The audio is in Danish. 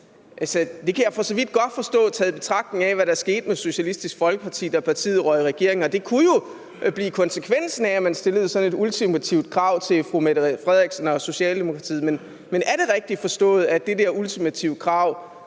Det kan jeg for så vidt godt forstå, i betragtning af hvad der skete med Socialistisk Folkeparti, da partiet røg i regering. Det kunne jo blive konsekvensen af at stille sådan et ultimativt krav til fru Mette Frederiksen og Socialdemokratiet. Men er det rigtigt forstået, at det ultimative krav